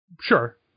Sure